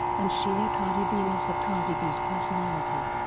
and sheer cardi b-ness of cardi b's personality.